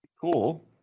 cool